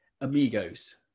amigos